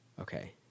okay